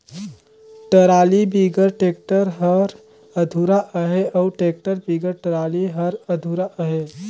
trolley बिगर tractor हर अधुरा अहे अउ टेक्टर बिगर टराली हर अधुरा अहे